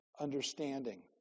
understanding